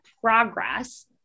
progress